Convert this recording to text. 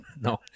No